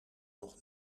nog